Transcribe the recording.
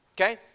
Okay